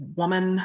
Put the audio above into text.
woman